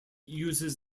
uses